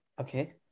Okay